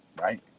right